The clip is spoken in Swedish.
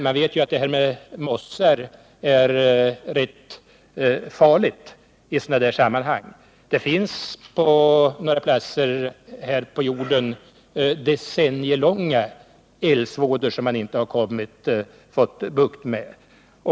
Man vet ju att mossar är rätt farliga i sådana här sammanhang -— på några platser här på jorden har vi sett decennielånga eldsvådor som man inte fått bukt med.